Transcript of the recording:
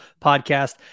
podcast